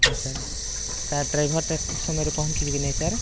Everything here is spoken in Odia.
ହଁ ସାର୍ ସାର୍ ଡ୍ରାଇଭରଟା ଠିକ୍ ସମୟରେ ପହଞ୍ଚିବ କି ନାହିଁ ସାର୍